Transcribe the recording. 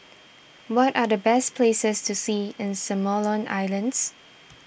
what are the best places to see in Solomon Islands